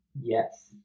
Yes